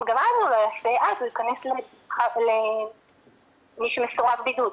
אם גם אז הוא לא --- אז הוא ייכנס ככזה שמסורב בידוד,